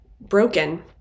broken